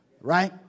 right